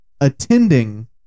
attending